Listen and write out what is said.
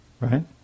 Right